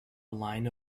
line